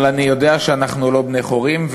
אבל אני יודע שאנחנו לא בני חורין,